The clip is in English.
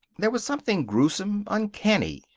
there was something gruesome, uncanny,